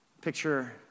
Picture